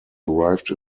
arrived